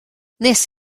wnes